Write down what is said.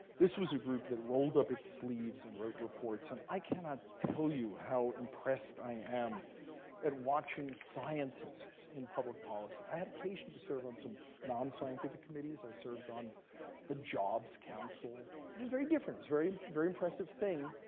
this was a group that rolled up its sleeves and wrote reports, and i cannot tell you how impressed i am at watching scientists in public policy. i had occasion to serve on some non-scientific committees. i served on the jobs council, which was very different. it was a very impressive thing.